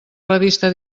revista